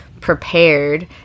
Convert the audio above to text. prepared